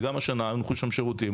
וגם השנה יונחו שם שירותים.